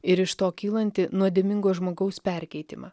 ir iš to kylantį nuodėmingo žmogaus perkeitimą